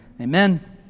Amen